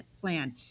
plan